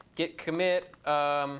git commit